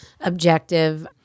objective